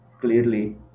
clearly